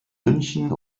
münchen